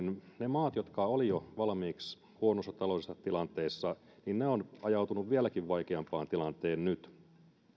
ne maat jotka olivat jo valmiiksi huonossa taloudellisessa tilanteessa ovat ajautuneet vieläkin vaikeampaan tilanteeseen nyt